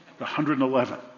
111